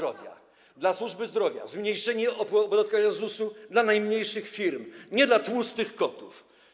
pomocy dla służby zdrowia, zmniejszenia opodatkowania z ZUS-u dla najmniejszych firm, nie dla tłustych kotów.